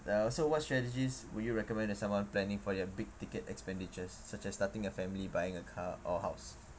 uh so what strategies would you recommend to someone planning for their big ticket expenditures such as starting a family buying a car or house